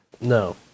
No